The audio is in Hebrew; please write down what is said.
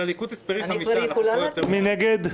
מי נגד?